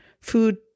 food